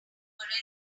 printer